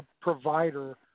provider